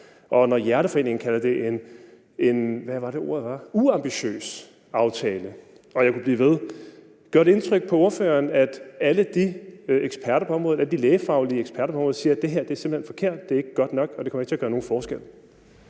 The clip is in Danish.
og når Hjerteforeningen kalder det en, hvad var det ordet var, uambitiøs aftale, og jeg kunne blive ved? Gør det indtryk på ordføreren, at alle de lægefaglige eksperter på området siger, at det her simpelt hen er forkert, det er ikke godt nok, og det kommer ikke til at gøre nogen forskel?